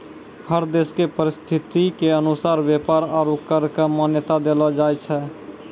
हर देश के परिस्थिति के अनुसार व्यापार आरू कर क मान्यता देलो जाय छै